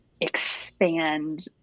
expand